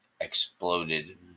exploded